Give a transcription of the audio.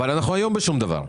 אבל אנחנו היום בשום דבר.